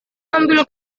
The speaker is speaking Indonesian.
ambil